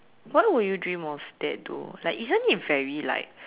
why will you dream of that though like isn't it very like